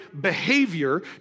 behavior